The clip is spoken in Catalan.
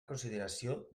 consideració